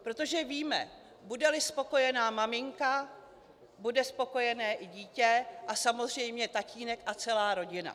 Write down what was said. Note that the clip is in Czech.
Protože víme, budeli spokojená maminka, bude spokojené i dítě a samozřejmě tatínek a celá rodina.